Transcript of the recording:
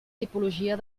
tipologia